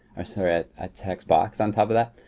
or sorry, a text box on top of that.